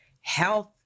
health